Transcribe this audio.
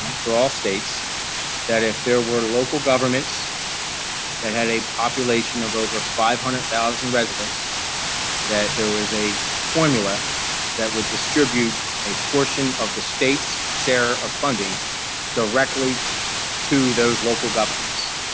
um for all states that if there were local governments that had a population of over five hundred thousand residents that there was a formula that distribute a portion of the state's share of funding directly to those local governments.